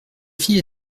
fille